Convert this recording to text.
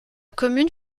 commune